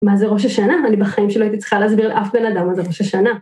מה זה ראש השנה? אני בחיים שלי לא הייתי צריכה להסביר לאף בן אדם מה זה ראש השנה.